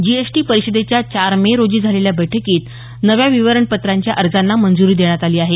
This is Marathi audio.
जीएसटी परिषदेच्या चार मे रोजी झालेल्या बैठकीत नव्या विवरणपत्रांच्या अर्जांना मंजूरी देण्यात आली आहे